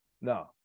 No